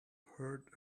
heard